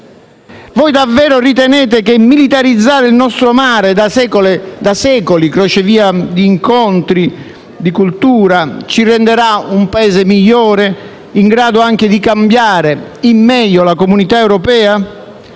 Voi davvero ritenete che militarizzazione il nostro mare, da secoli crocevia di incontri di culture, ci renderà un Paese migliore, in grado anche di cambiare in meglio la Comunità europea?